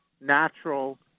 natural